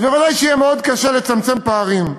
אז בוודאי יהיה מאוד קשה לצמצם פערים.